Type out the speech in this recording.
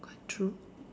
quite true